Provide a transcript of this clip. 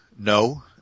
No